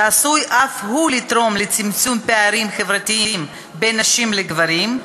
שעשוי אף הוא לתרום לצמצום פערים חברתיים בין נשים לגברים,